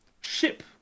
ship